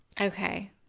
Okay